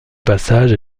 passage